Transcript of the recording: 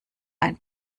ein